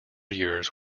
years